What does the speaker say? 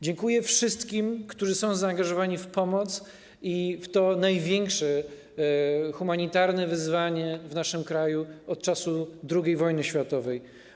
Dziękuję wszystkim, którzy są zaangażowani w pomoc i w to największe humanitarne wyzwanie w naszym kraju od czasu II wojny światowej.